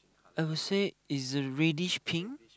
I will say is a reddish pink